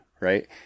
right